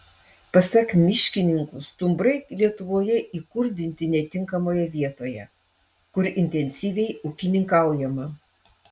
pasak miškininkų stumbrai lietuvoje įkurdinti netinkamoje vietoje kur intensyviai ūkininkaujama